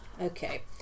Okay